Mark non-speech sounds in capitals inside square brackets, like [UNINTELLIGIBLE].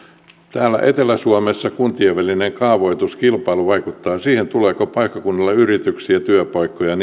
täällä etelä suomessa kuntien välinen kaavoituskilpailu vaikuttaa siihen tuleeko paikkakunnalle yrityksiä työpaikkoja [UNINTELLIGIBLE]